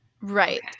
right